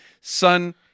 son